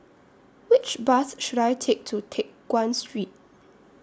Which Bus should I Take to Teck Guan Street